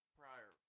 prior